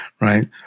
Right